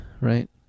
right